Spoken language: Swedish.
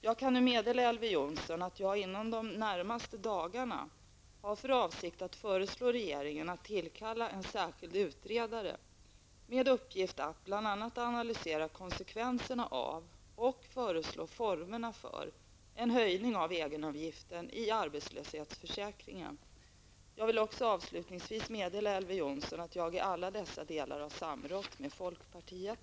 Jag kan nu meddela Elver Jonsson att jag inom de närmaste dagarna har för avsikt att föreslå regeringen att tillkalla en särskild utredare med uppgift att bl.a. analysera konsekvenserna av och föreslå formerna för en höjning av egenavgiften i arbetslöshetsförsäkringen. Jag vill också avslutningsvis meddela Elver Jonsson att jag i alla dessa delar har samrått med folkpartiet.